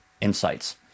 insights